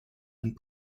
and